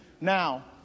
now